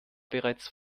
bereits